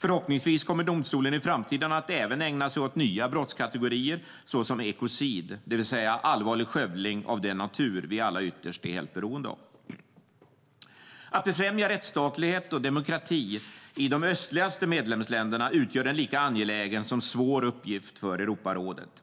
Förhoppningsvis kommer domstolen i framtiden även att ägna sig åt nya brottskategorier såsom ekocid, det vill säga allvarlig skövling av den natur vi alla ytterst är helt beroende av. Att befrämja rättsstatlighet och demokrati i de östligaste medlemsländerna utgör en lika angelägen som svår uppgift för Europarådet.